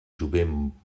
jovent